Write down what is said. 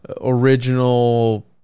original